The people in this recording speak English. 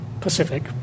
Pacific